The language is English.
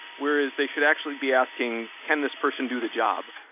whereas they should actually be asking, can this person do the job?